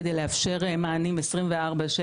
כדי לאפשר מענים 24/7,